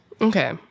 Okay